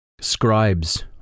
scribes